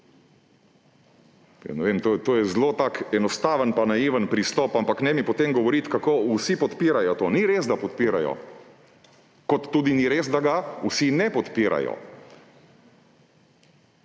To je tak zelo enostaven in naiven pristop, ampak ne mi potem govoriti, kako vsi podpirajo to. Ni res, da ga podpirajo! Kot tudi ni res, da ga vsi ne podpirajo.